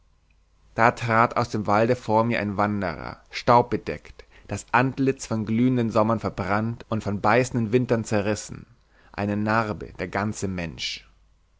da trat aus dem walde vor mir ein wanderer staubbedeckt das antlitz von glühenden sommern verbrannt und von beißenden wintern zerrissen eine narbe der ganze mensch